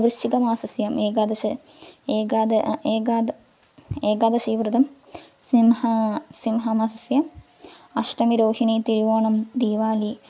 वृश्चिकमासस्य एकादश एकादश एकादश एकादशीव्रतं सिंहा सिंहमासस्य अष्टमी रोहिणी तिरुवाणं दीवालिः